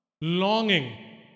Longing